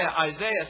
Isaiah